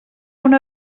una